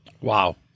Wow